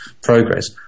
progress